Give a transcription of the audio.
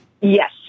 Yes